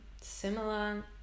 similar